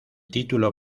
título